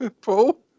Paul